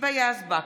היבה יזבק,